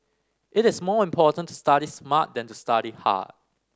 it is more important to study smart than to study hard